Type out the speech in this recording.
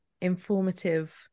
informative